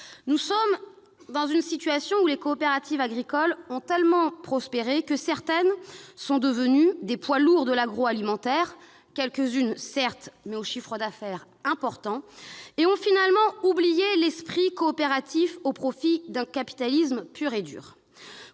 pour les groupes coopératifs. Les coopératives agricoles ont tellement prospéré que certaines d'entre elles sont devenues des poids lourds de l'agroalimentaire- quelques-unes seulement, mais leur chiffre d'affaires est important -et ont finalement oublié l'esprit coopératif au profit d'un capitalisme pur et dur.